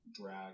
drag